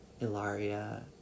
Ilaria